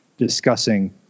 discussing